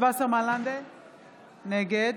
נגד